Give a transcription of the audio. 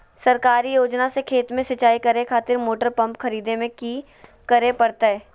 सरकारी योजना से खेत में सिंचाई करे खातिर मोटर पंप खरीदे में की करे परतय?